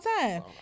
time